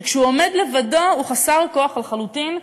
שכשהוא עומד לבדו הוא חסר כוח לחלוטין,